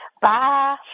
Bye